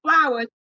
flowers